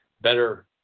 better